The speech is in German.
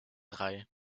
drei